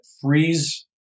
freeze